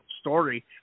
story